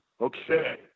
Okay